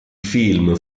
film